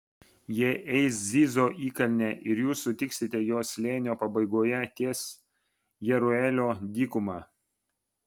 jie eis zizo įkalne ir jūs sutiksite juos slėnio pabaigoje ties jeruelio dykuma